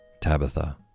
Tabitha